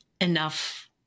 enough